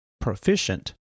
proficient